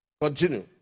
continue